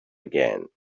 again